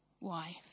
wife